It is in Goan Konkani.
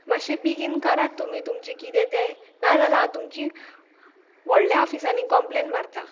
मातशें बेगीन करात तुमी तुमचें कितें तें ना जाल्यार हांव तुमची व्हडल्या ऑफिसांनी कंप्लेन मारतां